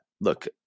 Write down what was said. look